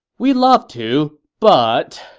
we love to, but,